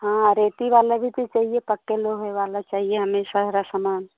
हाँ रेती वाला भी तो चाहिए पक्का लोहे वाला चाहिए हमें सारा सामान